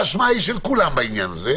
האשמה היא של כולם בעניין הזה.